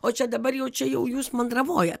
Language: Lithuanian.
o čia dabar jau čia jau jūs mandravojat